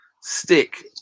stick